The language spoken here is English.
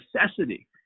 necessity